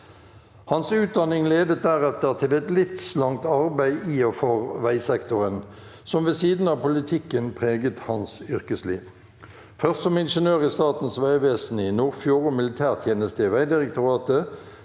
Hans utdanning ledet deretter til et livslangt arbeid i og for veisektoren, som ved siden av politikken preget hans yrkesliv, først som ingeniør i Statens vegvesen i Nordfjord og militærtjeneste i Vegdirektoratet,